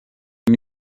uyu